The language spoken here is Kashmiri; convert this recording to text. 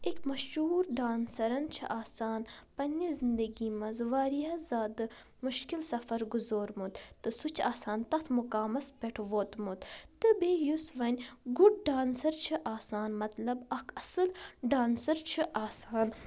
أکۍ مشہوٗر ڈانسَرَن چھِ آسان پنٛنہِ زِندٕگی منٛز واریاہ زیادٕ مُشکل سَفر گُزورمُت تہٕ سُہ چھِ آسان تَتھ مُقامَس پٮ۪ٹھ ووتمُت تہٕ بیٚیہِ یُس وۄنۍ گُڈ ڈانسَر چھِ آسان مطلب اَکھ اَصٕل ڈانسَر چھِ آسان